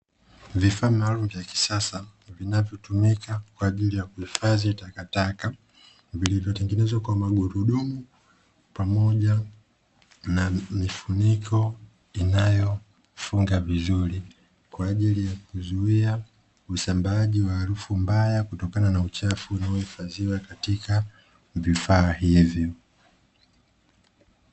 Vifaa maalumu vya kisasa vinavyotumika kwa ajili ya kuhifadhi takataka vilivyotengenezwa kwa magurudumu pamoja na mifuniko inayofunga vizuri kwa ajili ya kuzuia usambaaji wa harufu mbaya kutokana na uchafu unaohifadhiwa katika vifaa hivyo.